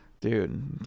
Dude